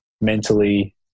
mentally